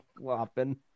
flopping